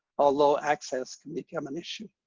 although access can become an issue.